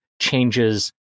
changes